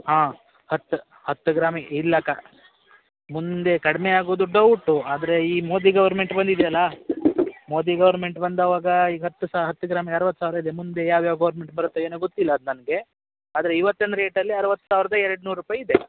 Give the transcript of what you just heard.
ಹಾಂ ಹತ್ತು ಹತ್ತು ಗ್ರಾಮಿಗೆ ಇಲ್ಲಕ ಮುಂದೆ ಕಡಿಮೆ ಆಗೋದು ಡೌಟು ಆದರೆ ಈ ಮೋದಿ ಗೌರ್ಮೆಂಟ್ ಬಂದಿದೆ ಅಲಾ ಮೋದಿ ಗೌರ್ಮೆಂಟ್ ಬಂದಾವಾಗ ಈಗ ಹತ್ತು ಸಾ ಹತ್ತು ಗ್ರಾಮಿಗೆ ಅರ್ವತ್ತು ಸಾವಿರ ಇದೆ ಮುಂದೆ ಯಾವ್ಯಾವ ಗೌರ್ಮೆಂಟ್ ಬರುತ್ತೆ ಏನು ಗೊತ್ತಿಲ್ಲ ಅದು ನನಗೆ ಆದರೆ ಇವತ್ತಿನ ರೇಟ್ ಅಲ್ಲಿ ಅರ್ವತ್ತು ಸಾವಿರದ ಎರಡು ನೂರು ರುಪಾಯ್ ಇದೆ